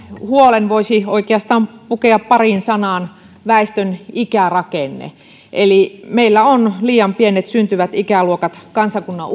huolen voisi oikeastaan pukea pariin sanaan väestön ikärakenne eli meillä on liian pienet syntyvät ikäluokat kansakunnan